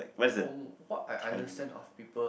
from what I understand of people